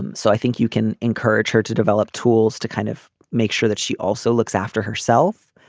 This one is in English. and so i think you can encourage her to develop tools to kind of make sure that she also looks after herself.